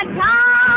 time